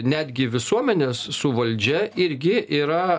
netgi visuomenės su valdžia irgi yra